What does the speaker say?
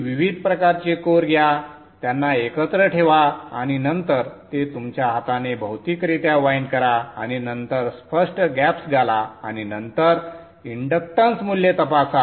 तुम्ही विविध प्रकारचे कोर घ्या त्यांना एकत्र ठेवा आणि नंतर ते तुमच्या हाताने भौतिकरीत्या वाइंड करा आणि नंतर स्पष्ट गॅप्स घाला आणि नंतर इंडक्टन्स मूल्ये तपासा